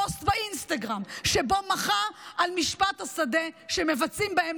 פוסט באינסטגרם שבו מחה על משפט השדה שמבצעים בהם,